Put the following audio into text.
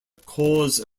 cause